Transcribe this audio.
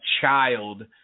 child